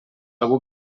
algú